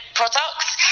products